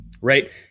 right